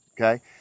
Okay